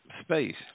space